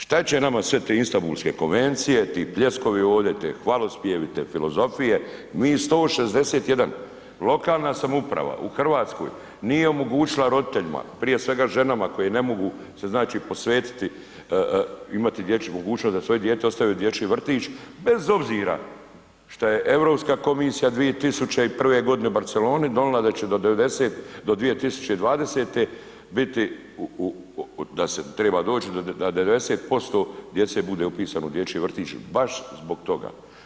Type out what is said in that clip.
Šta će nama sve te Istanbulske konvencije, ti pljeskovi ovde, te hvalospjevi, te filozofije, mi 161, lokalna samouprava u Hrvatskoj nije omogućila roditeljima prije svega ženama koje ne mogu se znači posvetiti imati dječju mogućnost, da svoje dijete ostave u dječji vrtić bez obzira šta je Europska komisija 2001. godine u Barceloni donijela da će do do 2020. biti, da se triba doći na 90% djece bude upisano u dječji vrtić baš zbog toga.